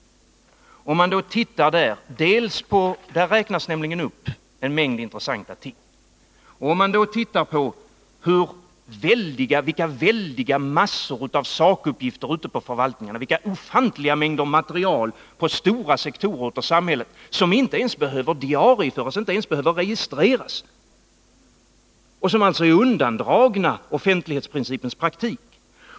Där räknas det nämligen upp en mängd intressanta ting. Alla kan se vilka väldiga massor av sakuppgifter på förvaltningarna, vilken ofantlig mängd material inom stora sektorer av samhället som inte ens behöver diarieföras eller registreras och som alltså är undandragen offentlighetsprincipens taktik.